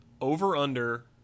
over-under